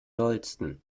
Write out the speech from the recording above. dollsten